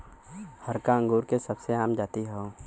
हरका अंगूर के सबसे आम जाति हौ